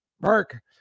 Mark